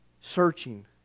Searching